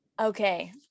Okay